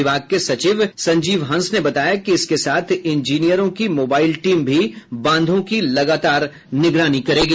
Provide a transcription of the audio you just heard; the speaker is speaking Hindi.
विभाग के सचिव संजीव हंस ने बताया कि इसके साथ इंजीनियरों की मोबाईल टीम भी बांधों की लगातार निगरानी करेगी